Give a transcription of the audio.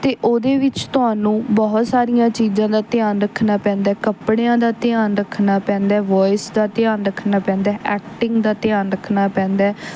ਅਤੇ ਉਹਦੇ ਵਿੱਚ ਤੁਹਾਨੂੰ ਬਹੁਤ ਸਾਰੀਆਂ ਚੀਜ਼ਾਂ ਦਾ ਧਿਆਨ ਰੱਖਣਾ ਪੈਂਦਾ ਕੱਪੜਿਆਂ ਦਾ ਧਿਆਨ ਰੱਖਣਾ ਪੈਂਦਾ ਵੋਇਸ ਦਾ ਧਿਆਨ ਰੱਖਣਾ ਪੈਂਦਾ ਐਕਟਿੰਗ ਦਾ ਧਿਆਨ ਰੱਖਣਾ ਪੈਂਦਾ